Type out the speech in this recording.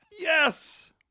Yes